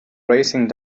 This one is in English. racing